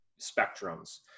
spectrums